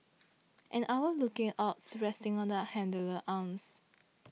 an owl looking awed resting on the handler's arms